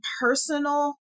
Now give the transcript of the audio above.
personal